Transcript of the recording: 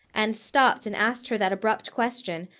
and stopped and asked her that abrupt question,